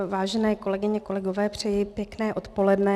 Vážené kolegyně, kolegové, přeji pěkné odpoledne.